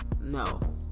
No